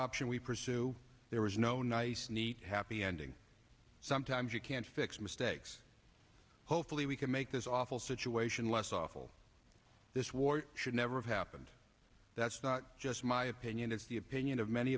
option we pursue there is no nice neat happy ending sometimes you can't fix mistakes hopefully we can make this awful situation less awful this war should never have happened that's not just my opinion it's the opinion of many